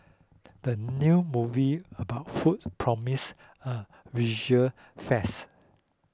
the new movie about food promise a visual feast